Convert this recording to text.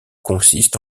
consiste